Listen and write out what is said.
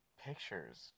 pictures